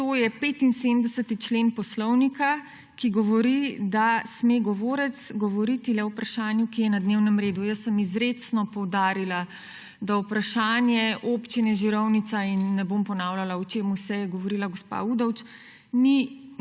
To je 75. člen Poslovnika, ki govori, da sme govorec govoriti le o vprašanju, ki je na dnevnem redu. Izrecno sem poudarila, da vprašanje Občine Žirovnica in ne bom ponavljala, o čem vse je govorila gospa Udovč, ni